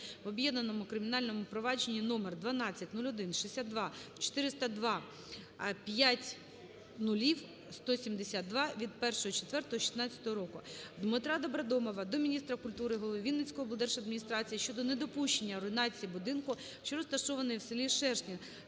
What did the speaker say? в об'єднаному кримінальному провадженні номер 12016240200000172 від 01.04.2016 року. ДмитраДобродомова до міністра культури, голови Вінницької облдержадміністрації щодо недопущення руйнації будинку, що розташований у селі Шершні